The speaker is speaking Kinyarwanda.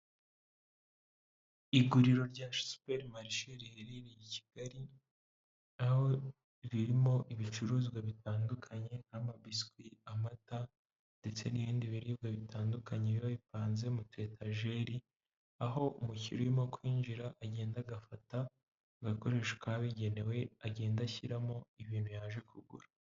Iguriro rya superi marishe riherereye i Kigali, aho ririmo ibicuruzwa bitandukanye nk'amabwiswi, amata ndetse n'ibindi biribwa bitandukanye biba bipanze mu tuyetajeri, aho umukiriya urimo kwinjira agenda agafata agakoresho kabigenewe agenda ashyiramo ibintu yaje kugura.